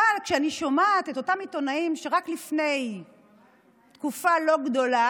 אבל כשאני שומעת את אותם עיתונאים שרק לפני תקופה לא ארוכה